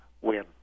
win